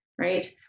right